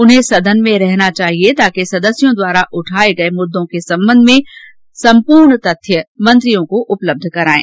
उन्हें सदन में रहना चाहिए ताकि सदस्यों द्वारा उठाये गये मुद्दों के संबंध में संपूर्ण तथ्य मंत्रियों को उपलबध करायें